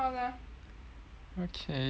okay